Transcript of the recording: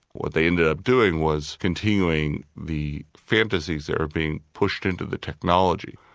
what they ended up doing was continuing the fantasies that are being pushed into the technology.